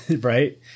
Right